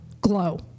Glow